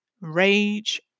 rage